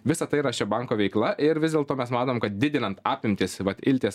visa tai yra šio banko veikla ir vis dėlto mes manom kad didinant apimtis vat iltės